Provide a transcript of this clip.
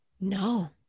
No